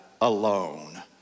alone